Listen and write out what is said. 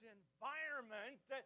environment